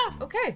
Okay